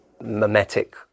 mimetic